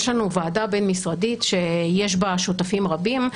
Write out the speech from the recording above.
יש לנו ועדה בין-משרדית שיש בה שותפים רבים.